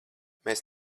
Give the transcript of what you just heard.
mēs